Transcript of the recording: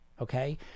okay